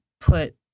put